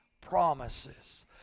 promises